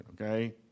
okay